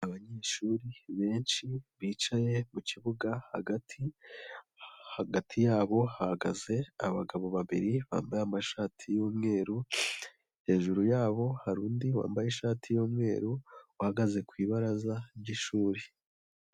Abanyeshuri benshi bicaye mukibuga, hagati yabo hahagaze abagabo babiri bambaye amashati y'umweru, hejuru yabo hari undi wambaye ishati y'umweru uhagaze ku ibaraza ry'ishuri.